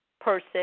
person